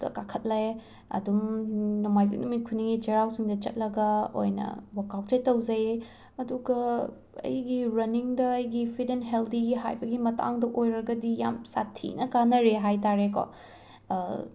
ꯑꯗ ꯀꯥꯈꯠꯂꯦ ꯑꯗꯨꯝ ꯅꯣꯡꯃꯥꯏꯖꯤꯡ ꯅꯨꯃꯤꯠ ꯈꯨꯗꯤꯡꯒꯤ ꯆꯩꯔꯥꯎ ꯆꯤꯡꯗ ꯆꯠꯂꯒ ꯑꯣꯏꯅ ꯋꯥꯛꯑꯥꯎꯠꯁꯦ ꯇꯧꯖꯩꯌꯦ ꯑꯗꯨꯒ ꯑꯩꯒꯤ ꯔꯅꯤꯡꯗ ꯑꯩꯒꯤ ꯐꯤꯠ ꯑꯦꯟ ꯍꯦꯜꯗꯤꯒꯤ ꯍꯥꯏꯕꯒꯤ ꯃꯇꯥꯡꯗ ꯑꯣꯏꯔꯒꯗꯤ ꯌꯥꯝ ꯁꯥꯊꯤꯅ ꯀꯥꯟꯅꯔꯦ ꯍꯥꯏꯇꯥꯔꯦꯅꯦꯀꯣ